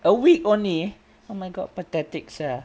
a week only oh my god pathetic sia